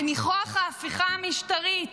בניחוח ההפיכה המשטרית,